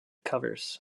covers